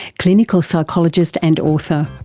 clinical psychologist and author.